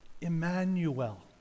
Emmanuel